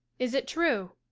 is it true?